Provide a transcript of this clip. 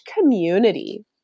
community